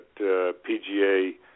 PGA